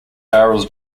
barrels